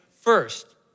first